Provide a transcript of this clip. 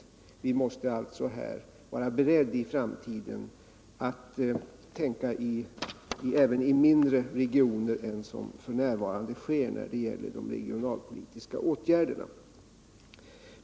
Vi måste alltså här vara beredda att i framtiden tänka även i mindre regioner än som f. n. sker när det gäller de regionalpolitiska åtgärderna.